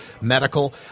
medical